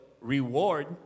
reward